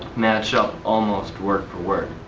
match up almost word for word